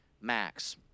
Max